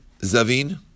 zavin